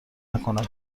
نکنه